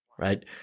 right